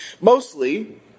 Mostly